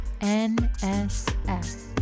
NSF